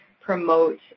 promote